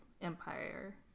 Empire